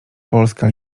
polska